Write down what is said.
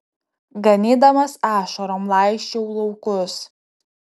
ganydamas ašarom laisčiau laukus